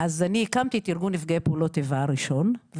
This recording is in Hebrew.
אז אני הקמתי את נפגעי פעולות איבה הראשון,